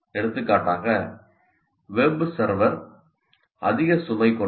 எடுத்துக்காட்டாக வெப்சர்வர் அதிக சுமை கொண்டது